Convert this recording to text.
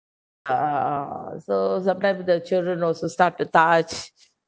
uh so sometimes the children also start to touch